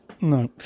No